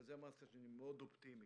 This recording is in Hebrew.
ובגלל זה אמרתי שאני מאוד אופטימי,